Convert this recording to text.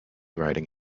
riding